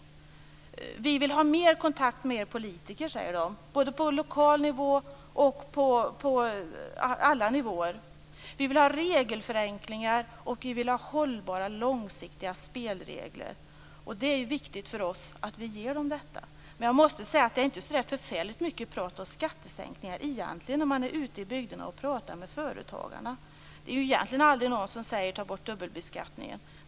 De säger att de vill ha mer kontakt med politiker, på lokal nivå och på övriga nivåer. De vill ha regelförenklingar och hållbara långsiktiga spelregler. Det är viktigt för oss att ge dem detta, men jag måste säga att det egentligen inte är så förfärligt mycket prat om skattesänkningar när man pratar med företagarna ute i bygderna. Det är ingen som säger: Ta bort dubbelbeskattningen!